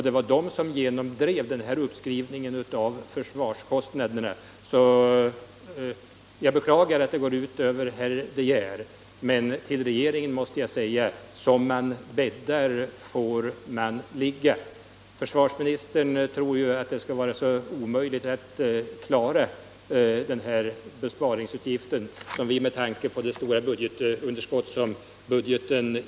Det var trepartiregeringen som genomdrev uppskrivningen av försvarskostnaderna, och jag beklagar att det går ut över herr de Geer, men till regeringen måste jag säga: Som man bäddar får man ligga. Försvarsministern tror inte att det skall vara möjligt att klara den besparing som vi finner nödvändig med tanke på det stora budgetunderskottet.